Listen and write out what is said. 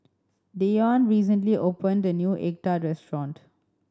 Deion recently opened a new egg tart restaurant